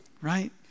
right